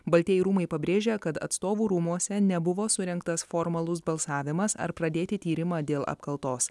baltieji rūmai pabrėžia kad atstovų rūmuose nebuvo surengtas formalus balsavimas ar pradėti tyrimą dėl apkaltos